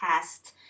test